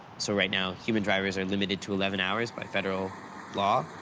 so, right now, human drivers are limited to eleven hours by federal law,